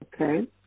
Okay